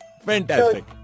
Fantastic